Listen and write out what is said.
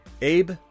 Abe